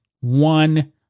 one